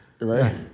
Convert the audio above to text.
Right